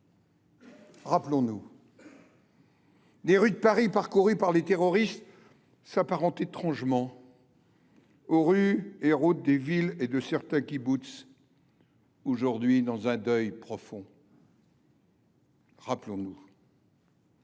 Rappelons-nous : les rues de Paris parcourues par les terroristes s’apparentent étrangement aux rues et aux routes des villes et de certains kibboutz aujourd’hui plongés dans un deuil profond. Rappelons-nous